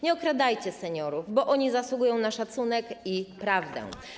Nie okradajcie seniorów, bo oni zasługują na szacunek i prawdę.